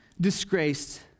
disgraced